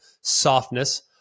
softness